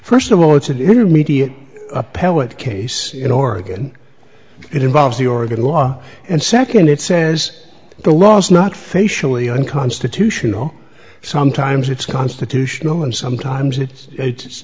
first of all it's an intermediate appellate case in oregon it involves the oregon law and second it says the law is not facially unconstitutional sometimes it's constitutional and sometimes it's